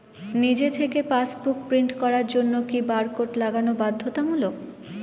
নিজে থেকে passbook print করার জন্য কি বারকোড লাগানো বাধ্যতামূলক?